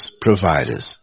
providers